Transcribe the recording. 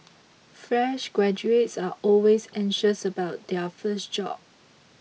fresh graduates are always anxious about their first job